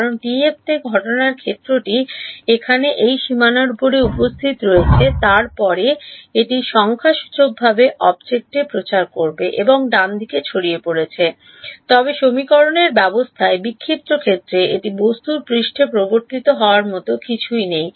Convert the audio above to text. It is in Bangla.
কারণ টিএফ তে ঘটনার ক্ষেত্রটি এখানে এই সীমানার উপরে উপস্থিত হয়েছে তারপরে এটি সংখ্যাসূচকভাবে অবজেক্টে প্রচার করতে হবে এবং ডানদিকে ছড়িয়ে পড়েছে তবে সমীকরণের ব্যবস্থায় বিক্ষিপ্ত ক্ষেত্রে এটি বস্তুর পৃষ্ঠে প্রবর্তিত হওয়ার মতো কিছুই নেই